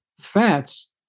fats